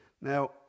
Now